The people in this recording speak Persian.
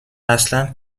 اصلا